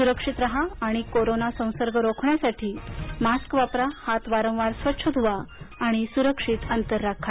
सुरक्षित राहा आणि कोरोना संसर्ग रोखण्यासाठी मास्क वापरा हात वारंवार स्वच्छ धुवा सुरक्षित अंतर ठेवा